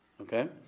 okay